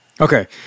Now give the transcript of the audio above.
Okay